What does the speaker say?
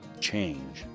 change